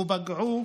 ופגעו